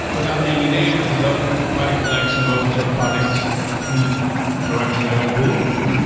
without naming names, there's um quite a collection of open source projects whose direction i don't believe in.